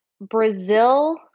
Brazil